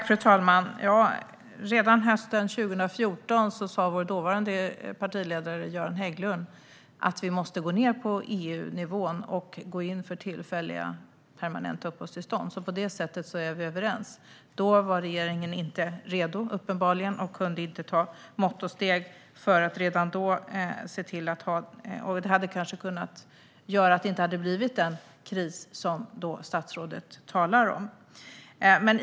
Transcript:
Fru talman! Redan hösten 2014 sa vår dåvarande partiledare Göran Hägglund att vi måste gå ned på EU-nivån och gå in för tillfälliga uppehållstillstånd. På det sättet är vi överens. Då var regeringen uppenbarligen inte redo och kunde inte vidta de mått och steg som hade krävts för att se till att den kris som statsrådet talar om inte uppstod.